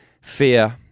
fear